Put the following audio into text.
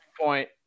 point